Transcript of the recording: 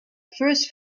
first